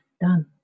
done